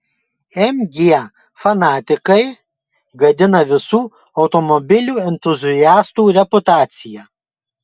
mg fanatikai gadina visų automobilių entuziastų reputaciją